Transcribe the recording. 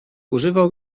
używał